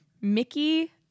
Mickey